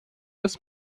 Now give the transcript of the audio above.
des